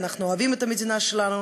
אנחנו אוהבים את המדינה שלנו.